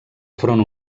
front